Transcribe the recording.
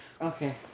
okay